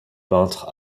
peintre